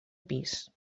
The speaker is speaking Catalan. pis